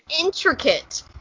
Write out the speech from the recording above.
intricate